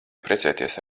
precēties